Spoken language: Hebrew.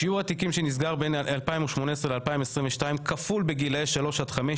שיעור התיקים שנסגר בין 2018 ל-2022 כפול בגילאי שלוש עד חמש,